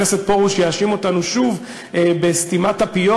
כיוון שאני לא רוצה חלילה שחבר הכנסת פרוש יאשים אותנו שוב בסתימת פיות,